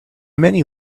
many